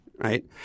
Right